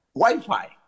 Wi-Fi